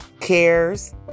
cares